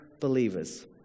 believers